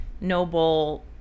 noble